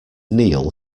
kneel